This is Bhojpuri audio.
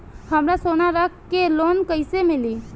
हमरा सोना रख के लोन कईसे मिली?